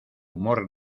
humor